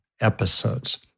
episodes